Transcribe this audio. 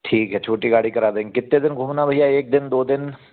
ठीक है छोटी गाड़ी करा दें किते दिन घूमना है भैया एक दिन दो दिन